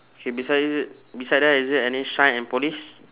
K besides it beside there is there any shine and polish